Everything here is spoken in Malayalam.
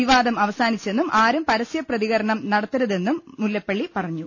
വിവാദം അവസാനിച്ചെന്നും ആരും പരസ്യ പ്രതിക രണം നടത്തരുതെന്നും മുല്ലപ്പള്ളി പറഞ്ഞു